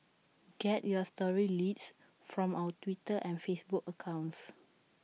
get your story leads from our Twitter and Facebook accounts